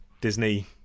Disney